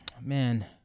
Man